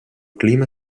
clima